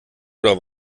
oder